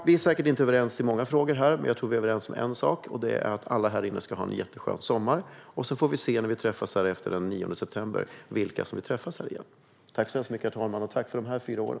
Vi är säkert inte överens i många frågor, men jag tror att vi är överens om en sak, nämligen att alla här inne ska ha en jätteskön sommar. Vi får se vilka som träffas här igen efter den 9 september. Herr talman! Tack för de här fyra åren!